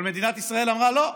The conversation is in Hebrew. אבל מדינת ישראל אמרה: לא,